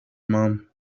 mum